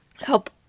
help